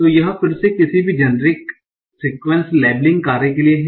तो यह फिर से किसी भी जनेरिक सीक्वेंस लेबलिंग कार्य के लिए है